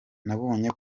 nabonye